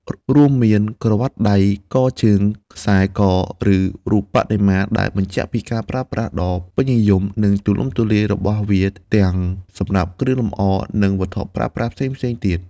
រួមមាន ក្រវ៉ាត់ដៃ កងជើង ខ្សែ ក ឬរូបបដិមា ដែលបញ្ជាក់ពីការប្រើប្រាស់ដ៏ពេញនិយម និងទូលំទូលាយរបស់វាទាំងសម្រាប់គ្រឿងលម្អ និងវត្ថុប្រើប្រាស់ផ្សេងៗទៀត។